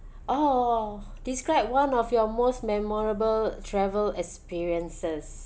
oh describe one of your most memorable travel experiences